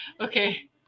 Okay